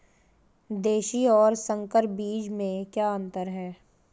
देशी और संकर बीज में क्या अंतर है?